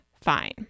fine